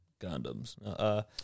Gundams